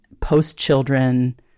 post-children